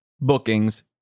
bookings